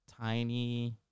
tiny